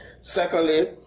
Secondly